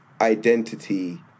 identity